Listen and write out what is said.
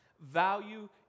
Value